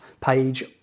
page